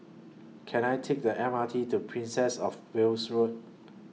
Can I Take The M R T to Princess of Wales Road